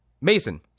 Mason